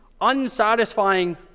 unsatisfying